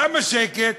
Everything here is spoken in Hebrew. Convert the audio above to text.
למה שקט?